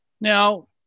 Now